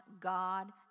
God